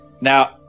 Now